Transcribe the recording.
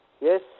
Yes